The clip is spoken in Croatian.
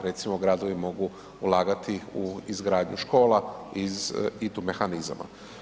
Recimo, gradovi mogu ulagati u izgradnju škola iz ITU mehanizama.